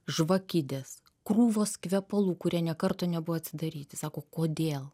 žvakidės krūvos kvepalų kurie nė karto nebuvo atsidaryti sako kodėl